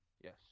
Yes